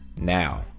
Now